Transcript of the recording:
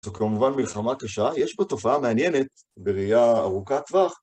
זו כמובן מלחמה קשה, יש פה תופעה מעניינת בראייה ארוכת טווח.